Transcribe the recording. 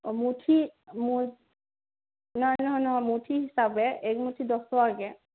অ' মুঠি মু নহয় নহয় নহয় মুঠি হিচাপে এক মুঠি দহ টকাকৈ